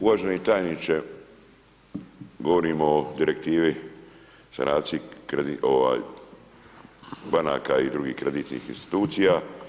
Uvaženi tajniče, govorimo o Direktivi, sanaciji banaka i drugih kreditnih institucija.